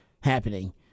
happening